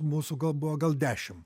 mūsų gal buvo gal dešim